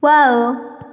wow